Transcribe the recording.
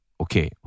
okay